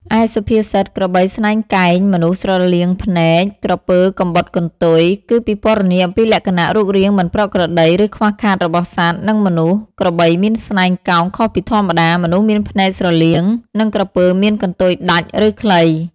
ឯសុភាសិត ក្របីស្នែងកែង មនុស្សស្រលៀងភ្នែក ក្រពើកំបុតកន្ទុយ គឺពិពណ៌នាអំពីលក្ខណៈរូបរាងមិនប្រក្រតី ឬខ្វះខាតរបស់សត្វ និងមនុស្ស ក្របីមានស្នែងកោងខុសពីធម្មតា មនុស្សមានភ្នែកស្រលៀង និងក្រពើមានកន្ទុយដាច់ ឬខ្លី។